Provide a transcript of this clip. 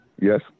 yes